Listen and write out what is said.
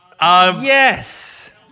Yes